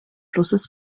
flusses